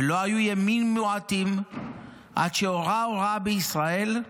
ולא היו ימים מועטין עד שהורה הוראה בישראל.